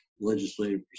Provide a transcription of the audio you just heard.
legislative